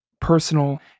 personal